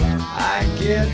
yeah yeah